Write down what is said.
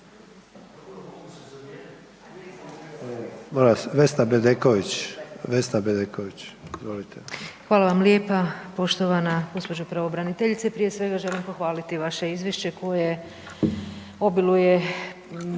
Hvala vam lijepa. Poštovana gospođo pravobraniteljice. Prije svega želim pohvaliti vaše izvješće koje obiluje